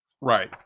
right